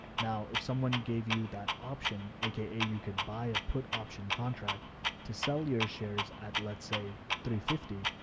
now, if someone gave you that option, aka, you could buy a put option contract to sell your shares at, let's say three fifty.